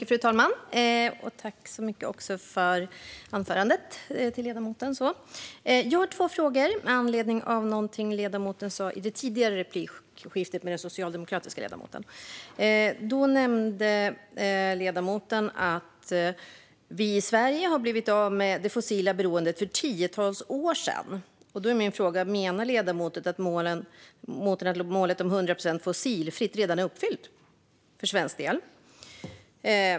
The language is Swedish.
Fru talman! Tack så mycket för anförandet, ledamoten! Jag har två frågor med anledning av något som ledamoten sa i det tidigare replikskiftet med den socialdemokratiska ledamoten. Då nämnde ledamoten att vi i Sverige har blivit av med det fossila beroendet för tiotals år sedan. Min fråga är om ledamoten menar att målet om 100 procent fossilfritt redan är uppfyllt för svensk del.